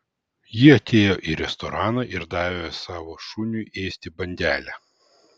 ji atėjo į restoraną ir davė savo šuniui ėsti bandelę